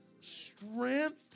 strength